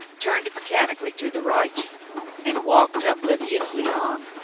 turned mechanically to the right and walked obliviously on.